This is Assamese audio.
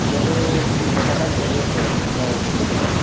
এতিয়াতো ষোল্লশমান চলি আছে এনেই এইকেইদিনত